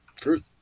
truth